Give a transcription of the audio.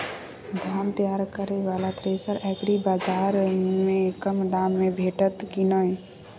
धान तैयार करय वाला थ्रेसर एग्रीबाजार में कम दाम में भेटत की नय?